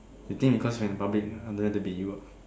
you think because we're in public I don't dare to beat you ah